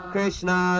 Krishna